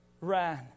ran